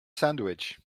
sandwich